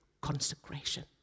consecration